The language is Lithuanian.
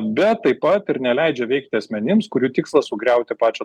bet taip pat ir neleidžia veikti asmenims kurių tikslas sugriauti pačią